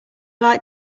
like